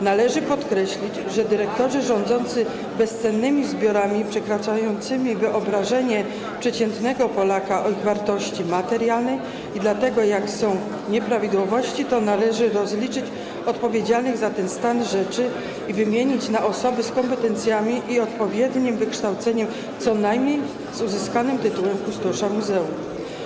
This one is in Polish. Należy podkreślić, że dyrektorzy zarządzają bezcennymi zbiorami, przekraczającymi wyobrażenie przeciętnego Polaka o ich wartości materialnej, i dlatego jeśli są nieprawidłowości, to należy rozliczyć odpowiedzialnych za ten stan rzeczy i wymienić ich na osoby z kompetencjami i odpowiednim wykształceniem, co najmniej z tytułem kustosza muzeum.